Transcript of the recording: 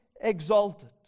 exalted